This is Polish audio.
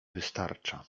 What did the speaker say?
wystarcza